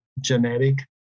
genetic